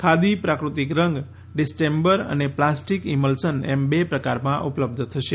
ખાદી પ્રાકૃતિક રંગ ડિસ્ટેમ્બર અને પ્લાસ્ટીક ઈમલ્સન એમ બે પ્રકારમાં ઉપલબ્ઘ થશે